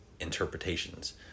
interpretations